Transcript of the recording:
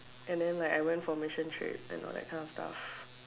and then like I went for mission trip and all that kind of stuff